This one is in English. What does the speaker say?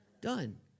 done